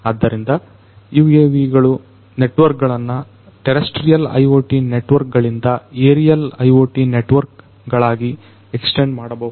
ಆದ್ದರಿಂದ UAVಗಳು ನೆಟ್ವರ್ಕ್ ಗಳನ್ನ ಟೆರೆಸ್ರ್ಟಿಯಲ್ IoT ನೆಟ್ವರ್ಕ್ ಗಳಿಂದ ಏರಿಯಲ್ IoT ನೆಟ್ವರ್ಕ್ ಗಳಾಗಿ ಎಕ್ಸ್ಟೆಂಡ್ ಮಾಡಬಹುದು